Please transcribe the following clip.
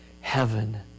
heaven